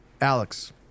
Alex